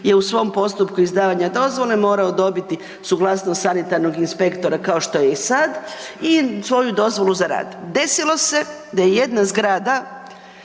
je u svom postupku izdavanja dozvole morao dobiti suglasnost sanitarnog inspektora kao što je i sad i svoju dozvolu za rad. Desilo se da je jedna zgrada